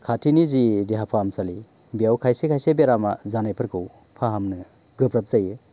खाथिनि जि देहा फाहामसालि बेयाव खायसे खायसे बेराम जानायफोरखौ फाहामनो गोब्राब जायो